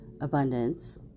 abundance